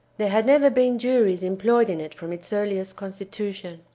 there had never been juries employed in it from its earliest constitution.